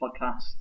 Podcasts